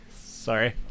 Sorry